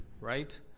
Right